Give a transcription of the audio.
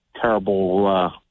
terrible